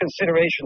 consideration